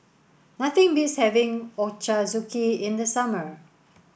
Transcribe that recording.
nothing beats having Ochazuke in the summer